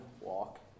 walk